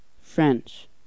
French